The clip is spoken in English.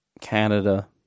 Canada